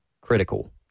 critical